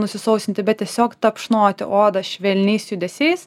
nusisausinti bet tiesiog tapšnoti odą švelniais judesiais